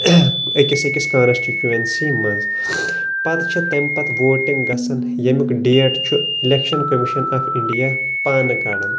أکِس X constituency منٛز پتہٕ چھ تٔمہِ پتہٕ ووٹِنگ گژھان ییٚمیُک ڈیٹ چُھ الٮ۪کشن کٔمِشن آف انڈیا پانہٕ کڑان